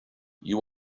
you